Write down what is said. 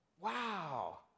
wow